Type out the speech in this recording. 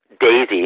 Daisy